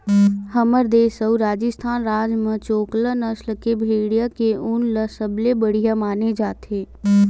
हमर देस अउ राजिस्थान राज म चोकला नसल के भेड़िया के ऊन ल सबले बड़िया माने जाथे